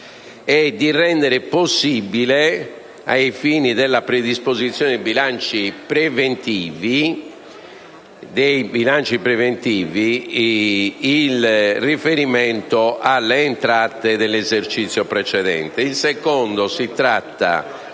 e di rendere possibile, ai fini della predisposizione dei bilanci preventivi, il riferimento alle entrate dell'esercizio precedente. Il secondo propone,